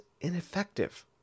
ineffective